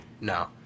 no